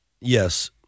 yes